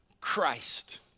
Christ